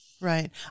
Right